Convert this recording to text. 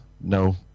no